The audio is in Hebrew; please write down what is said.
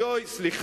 אוי,